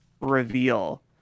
reveal